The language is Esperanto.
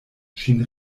ŝin